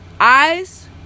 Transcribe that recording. eyes